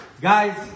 Guys